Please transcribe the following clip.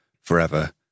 forever